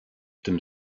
tym